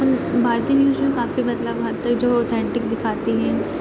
بھارتی نیوز میں کافی مطلب وہاں پہ جو اوتھینٹک دکھاتے ہیں